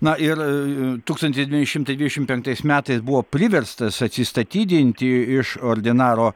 na ir tūkstantis devyni šimtai dvidešimt penktais metais buvo priverstas atsistatydinti iš ordinaro